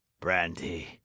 Brandy